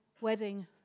wedding